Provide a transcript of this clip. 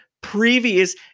previous